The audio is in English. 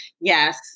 Yes